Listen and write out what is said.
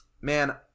man